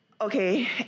Okay